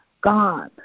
God